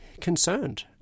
concerned